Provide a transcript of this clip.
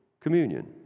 communion